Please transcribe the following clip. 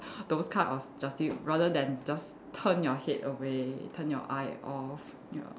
those type of justice rather than just turn your head away turn your eye off ya